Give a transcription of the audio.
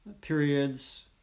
periods